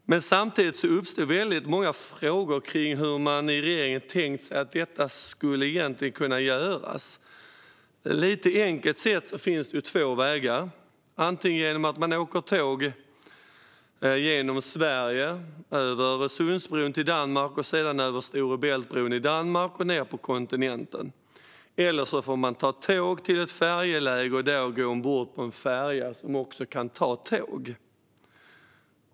Men samtidigt uppstod väldigt många frågor om hur man i regeringen hade tänkt sig att detta egentligen skulle kunna göras. Lite enkelt sett finns det två vägar. Antingen åker man tåg genom Sverige över Öresundsbron till Danmark och sedan över Stora Bält-bron i Danmark och vidare ned till kontinenten, eller så får man ta tåg till ett färjeläge och där gå ombord på en färja som också kan ta tåg.